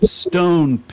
stone